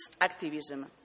activism